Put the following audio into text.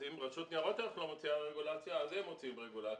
אם רשות ניירות ערך לא מוציאה רגולציה אז הם מוציאים רגולציה,